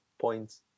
points